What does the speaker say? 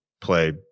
play